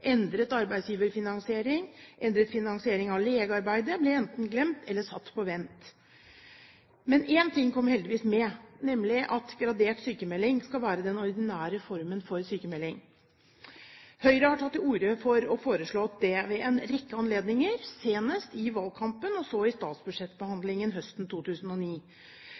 endret arbeidsgiverfinansiering, endret finansiering av legearbeidet ble enten glemt eller satt på vent. Men én ting kom heldigvis med, nemlig at gradert sykmelding skal være den ordinære formen for sykmelding. Høyre har tatt til orde for og foreslått det ved en rekke anledninger, senest i valgkampen og så i statsbudsjettbehandlingen høsten 2009.